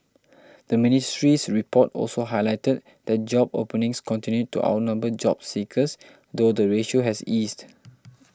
the ministry's report also highlighted that job openings continued to outnumber job seekers though the ratio has eased